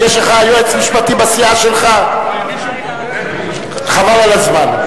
יש לך יועץ משפטי בסיעה שלך, חבל על הזמן.